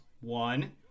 one